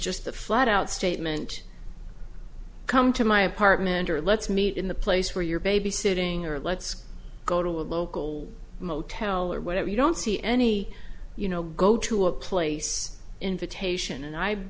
just a flat out statement come to my apartment or let's meet in the place where you're babysitting or let's go to a local motel or whatever you don't see any you know go to a place invitation and i